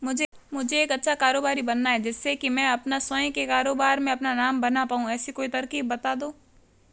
मुझे एक अच्छा कारोबारी बनना है जिससे कि मैं अपना स्वयं के कारोबार में अपना नाम बना पाऊं ऐसी कोई तरकीब पता दो?